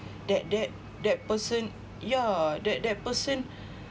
that that that person yeah that that person